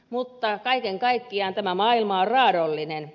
mutta kaiken kaikkiaan tämä maailma on raadollinen